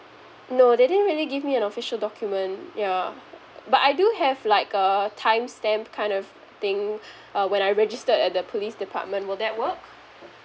no they didn't really give me an official document yeah but I do have like a timestamp kind of thing uh when I registered at the police department will that work